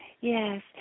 yes